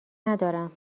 ندارم